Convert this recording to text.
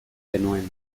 genuen